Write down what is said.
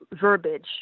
verbiage